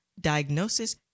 diagnosis